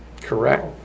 Correct